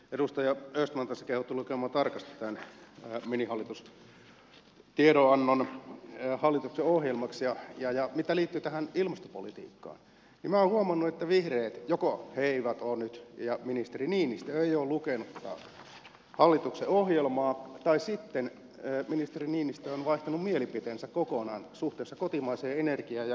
edustaja östman tässä kehotti lukemaan tarkasti tämän minihallitustiedonannon hallituksen ohjelmaksi ja mitä liittyy tähän ilmastopolitiikkaan niin minä olen huomannut että vihreät nyt joko eivät ole lukeneet ja ministeri niinistö ei ole lukenut tätä hallituksen ohjelmaa tai sitten ministeri niinistö on vaihtanut mielipiteensä kokonaan suhteessa kotimaiseen energiaan ja turpeeseen